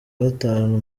gatanu